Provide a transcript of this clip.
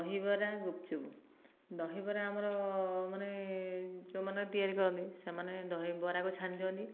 ଦହିବରା ଗୁପଚୁପ୍ ଦହିବରା ଆମର ମାନେ ଯେଉଁମାନେ ତିଆରି କରନ୍ତି ସେମାନେ ଦହିବରାକୁ ଛାଣି ଦିଅନ୍ତି